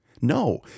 No